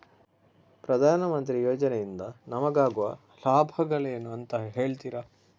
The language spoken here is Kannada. ಪ್ರಧಾನಮಂತ್ರಿ ಯೋಜನೆ ಇಂದ ನಮಗಾಗುವ ಲಾಭಗಳೇನು ಅಂತ ಹೇಳ್ತೀರಾ?